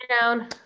down